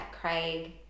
Craig